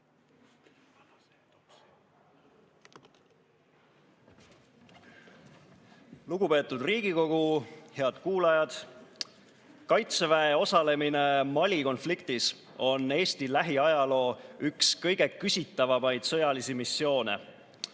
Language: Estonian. Lugupeetud Riigikogu! Head kuulajad! Kaitseväe osalemine Mali konfliktis on Eesti lähiajaloo üks kõige küsitavamaid sõjalisi missioone.